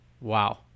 Wow